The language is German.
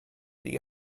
die